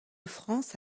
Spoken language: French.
france